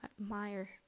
admire